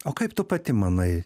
o kaip tu pati manai